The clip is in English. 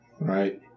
right